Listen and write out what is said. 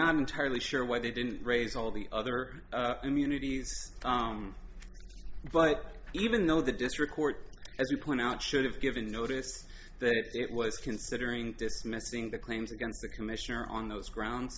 not entirely sure why they didn't raise all the other immunities but even though the district court as you point out should have given notice that it was considering dismissing the claims against the commissioner on those grounds